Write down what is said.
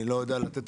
תודה.